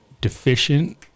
deficient